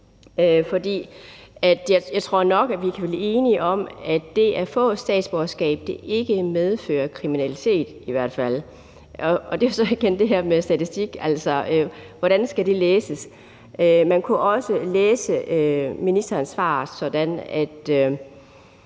jeg tror nok, at vi kan blive enige om, at det at få et statsborgerskab i hvert fald ikke medfører kriminalitet, og det er jo så igen det her med statistik. Altså, hvordan skal det læses? Man kunne også læse ministerens svar sådan,